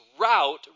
route